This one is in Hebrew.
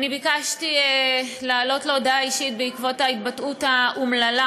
ביקשתי לעלות להודעה אישית בעקבות ההתבטאות האומללה